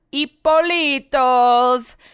Ippolito's